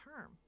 term